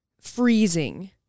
freezing